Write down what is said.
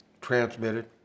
transmitted